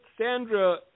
Sandra